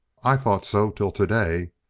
i thought so till today.